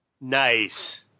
Nice